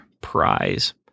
prize